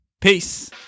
Peace